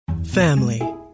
family